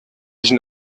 die